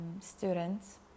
students